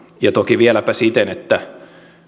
ja toki vieläpä siten että